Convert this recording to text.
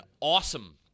awesome